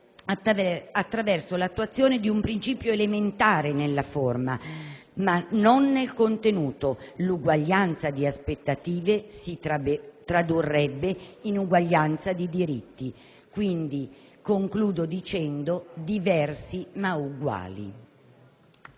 attraverso l'attuazione di un principio elementare nella forma, ma non nel contenuto, l'uguaglianza di aspettative si tradurrebbe in uguaglianza di diritti. Concludo dicendo: diversi ma uguali.